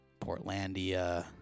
Portlandia